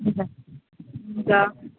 हुन्छ हुन्छ